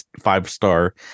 five-star